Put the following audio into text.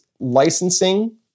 licensing